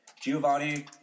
Giovanni